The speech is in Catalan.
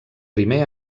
primer